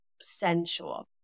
sensual